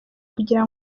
kugira